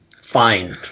Fine